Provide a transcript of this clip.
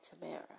Tamara